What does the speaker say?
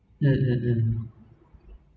mm mm mm